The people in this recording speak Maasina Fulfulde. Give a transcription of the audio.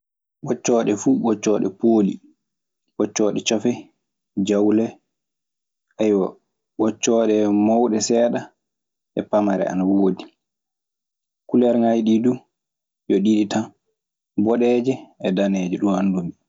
Ɓoccooɗe fuu :ɓoccooɗe pooli, ɓoccooɗe cofe, jawle, ɓoccooɗe mawɗe seeɗa e pamare ana woodi. Kulerŋaaji ɗii du yo ɗiɗi tan: boɗeeje e daneeje. Ɗun anndumi.